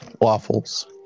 Waffles